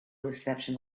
reception